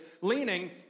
leaning